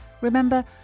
Remember